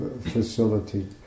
facility